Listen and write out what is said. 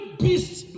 beasts